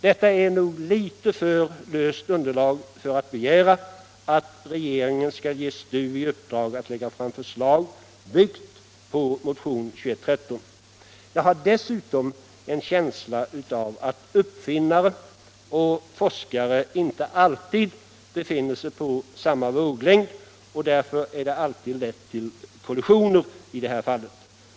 Detta är nog litet för löst underlag för att begära, att regeringen skall ge STU i uppdrag att lägga fram förslag byggt på motionen 2113. Jag har dessutom en känsla av att uppfinnare och forskare inte alltid befinner sig på samma våglängd och att det därför alltid är nära till kollisioner.